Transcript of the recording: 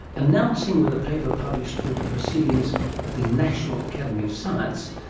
announcing with a paper published through the proceedings of the national academy of science,